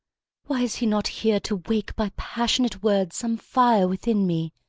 why is he not here, to wake by passionate words some fire within me?